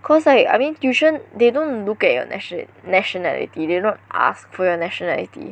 cause like I mean tuition they don't look at your nation~ nationality they don't ask for your nationality